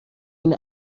این